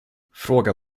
fråga